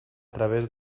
través